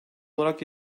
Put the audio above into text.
olarak